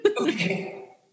Okay